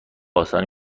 آسانی